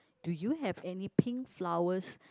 do you have any pink flowers